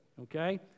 Okay